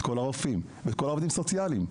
כל הרופאים ואת כל העובדים הסוציאליים.